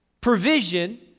provision